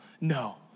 No